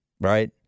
right